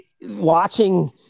watching